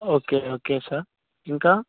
okay okay sir ఇంకా